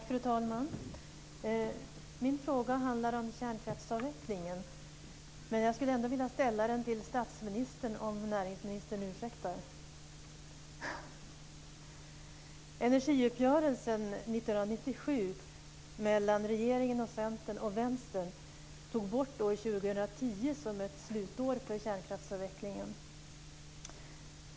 Fru talman! Min frågan handlar om kärnkraftsavvecklingen, men jag skulle ändå vilja ställa den till statsministern om näringsministern ursäktar. Energiuppgörelsen 1997 mellan regeringen, Centern och Vänstern tog bort år 2010 som ett slutår för kärnkraftsavvecklingen.